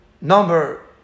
number